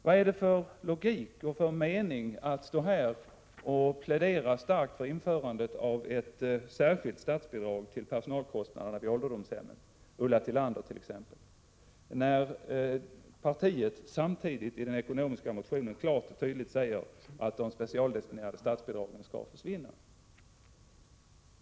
Vad är det för logik och mening i att stå här och plädera starkt för införandet av ett särskilt statsbidrag till personalkostnaderna vid ålderdomshemmen, som exempelvis Ulla Tillander gör, när partiet samtidigt i den ekonomiska motionen klart och tydligt säger att de specialdestinerade statsbidragen skall försvinna?